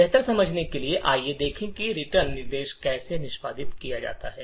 बेहतर समझने के लिए आइए देखें कि रिटर्न निर्देश कैसे निष्पादित किया जाता है